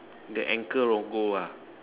the ankle logo ah